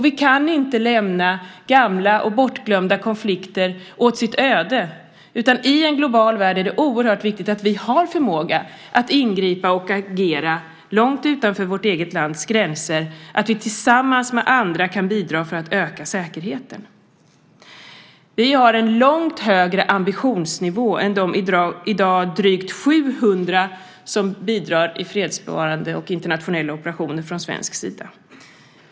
Vi kan inte lämna gamla och bortglömda konflikter åt sitt öde. I en global värld är det oerhört viktigt att vi har förmåga att ingripa och agera långt utanför vårt eget lands gränser och att vi tillsammans med andra kan bidra för att öka säkerheten. Vi har en långt högre ambitionsnivå än de i dag drygt 700 som bidrar i fredsbevarande och internationella operationer från svensk sida.